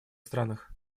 странах